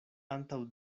antaŭ